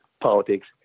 politics